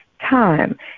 time